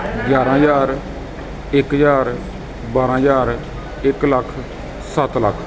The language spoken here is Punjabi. ਗਿਆਰਾਂ ਹਜ਼ਾਰ ਇੱਕ ਹਜ਼ਾਰ ਬਾਰਾਂ ਹਜ਼ਾਰ ਇੱਕ ਲੱਖ ਸੱਤ ਲੱਖ